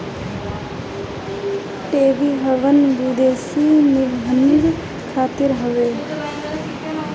tax haven विदेशी निवेशक खातिर हवे